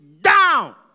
down